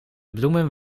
bloemen